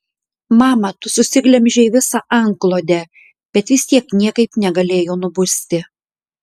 mama tu susiglemžei visą antklodę bet vis tiek niekaip negalėjo nubusti